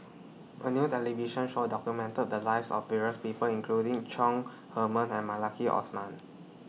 A New television Show documented The Lives of various People including Chong Heman and Maliki Osman